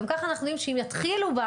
גם ככה אנחנו יודעים שאם יתחילו בה